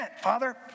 Father